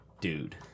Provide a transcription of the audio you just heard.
Dude